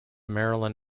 maryland